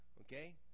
okay